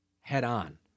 head-on